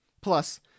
Plus